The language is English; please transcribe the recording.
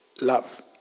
love